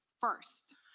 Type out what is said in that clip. first